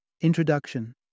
Introduction